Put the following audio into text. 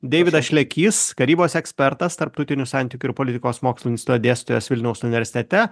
deividas šlekys karybos ekspertas tarptautinių santykių ir politikos mokslų instituto dėstytojas vilniaus universitete